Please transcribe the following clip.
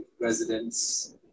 residents